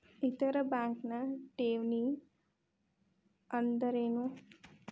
ಇತರ ಬ್ಯಾಂಕ್ನ ಠೇವಣಿ ಅನ್ದರೇನು?